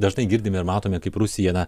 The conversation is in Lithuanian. dažnai girdime ir matome kaip rusija na